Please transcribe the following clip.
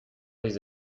les